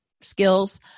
skills